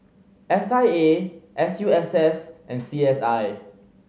S I A S U S S and C S I